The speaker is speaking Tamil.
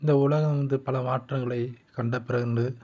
இந்த உலகம் வந்து பல மாற்றங்களைக் கண்ட பிறகு